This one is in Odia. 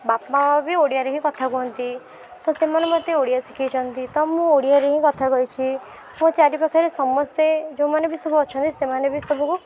ବାପାମା ବି ଓଡ଼ିଆରେ ହିଁ କଥା କୁହନ୍ତି ତ ସେମାନେ ମୋତେ ଓଡ଼ିଆ ଶିଖେଇଛନ୍ତି ତ ମୁଁ ଓଡ଼ିଆରେ ହିଁ କଥା କହିଛି ମୋ ଚାରିପାଖରେ ସମସ୍ତେ ଯେଉଁମାନେ ବି ସବୁ ଅଛନ୍ତି ସେମାନେ ବି ସବୁ